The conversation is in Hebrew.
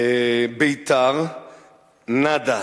ביתר, נאדה,